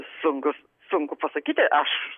sunkus sunku pasakyti aš